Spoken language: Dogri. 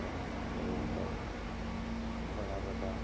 ते एह् इक बड़ा बड्डा